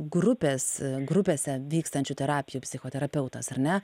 grupės grupėse vykstančių terapijų psichoterapeutas ar ne